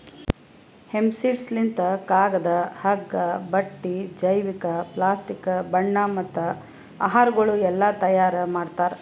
hemp seeds ಲಿಂತ್ ಕಾಗದ, ಹಗ್ಗ, ಬಟ್ಟಿ, ಜೈವಿಕ, ಪ್ಲಾಸ್ಟಿಕ್, ಬಣ್ಣ ಮತ್ತ ಆಹಾರಗೊಳ್ ಎಲ್ಲಾ ತೈಯಾರ್ ಮಾಡ್ತಾರ್